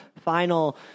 final